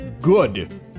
good